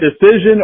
decision